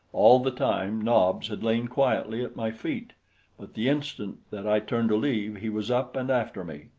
all the time nobs had lain quietly at my feet but the instant that i turned to leave, he was up and after me.